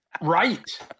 Right